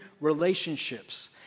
relationships